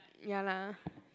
ya lah